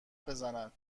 بزند